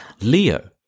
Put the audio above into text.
Leo